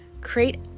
Create